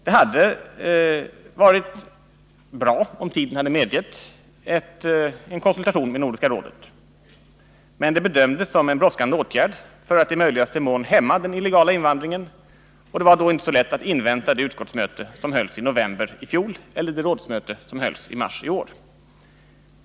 Det hade varit bra om tiden hade medgett en konsultation med Nordiska rådet. Men ändringen bedömdes som en brådskande åtgärd för att i möjligaste mån hämma den illegala invandringen, och det var då inte så lätt att invänta det utskottsmöte som hölls i november i fjol eller det rådsmöte som hölls i mars i år.